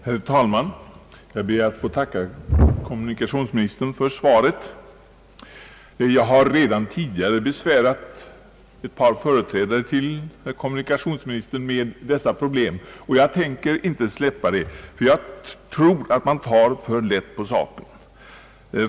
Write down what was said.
Herr talman! Jag ber att få tacka kommunikationsministern för svaret. Jag har redan tidigare besvärat ett par företrädare till honom med detta problem, och jag tänker inte släppa det, ty jag tror att man tar för lätt på saken.